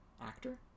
actor